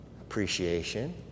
Appreciation